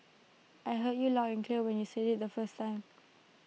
I heard you loud and clear when you said IT the first time